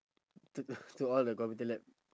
t~ to all the computer lab